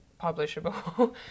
publishable